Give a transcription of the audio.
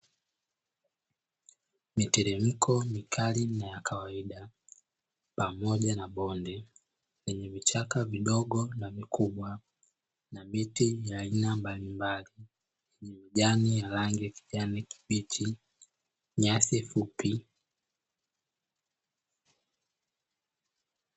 Miteremko mikali na ya kawaida, pamoja na bonde lenye vichaka vidogo na vikubwa na miti ya aina mbalimbali na majani ya kijani kibichi, nyasi fupi.